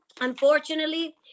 Unfortunately